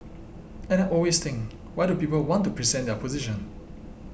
and I always think why do people want to present their position